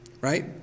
Right